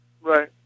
Right